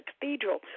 Cathedral